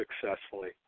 successfully